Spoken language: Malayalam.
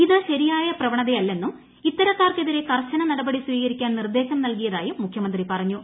ഇതു ശരിയായ പ്രവണതയല്ലെന്നും ഇത്തരക്കാർക്കെതിരെ കർശന നടപടി സ്വീകരിക്കാൻ നിർദേശം നൽകിയതായും മുഖ്യമന്ത്രി പറഞ്ഞു